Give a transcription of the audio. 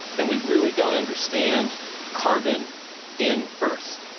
and we really don't understand carbon in earth,